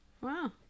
Wow